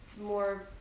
more